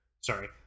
Sorry